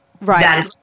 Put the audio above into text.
right